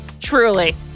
Truly